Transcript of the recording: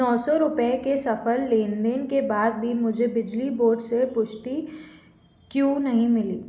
नौ सौ रुपये के सफल लेनदेन के बाद भी मुझे बिजली बोर्ड से पुष्टि क्यों नहीं मिली